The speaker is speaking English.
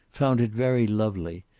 found it very lovely,